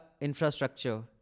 infrastructure